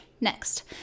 next